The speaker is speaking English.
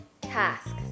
tasks